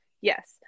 Yes